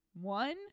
One